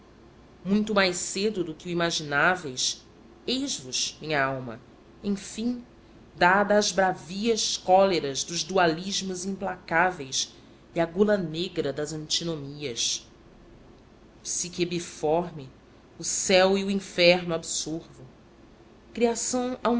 muito mais cedo do que o